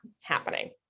happening